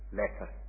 letter